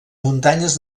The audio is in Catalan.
muntanyes